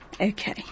Okay